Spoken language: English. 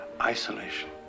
isolation